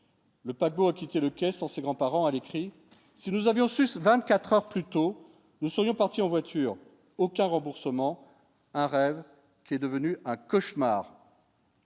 le paquebot a quitté le quai sans ses grands-parents à l'écrit, si nous avions su s'24 heures plus tôt, nous serions partis en voiture aucun remboursement. Un rêve qui est devenu un cauchemar.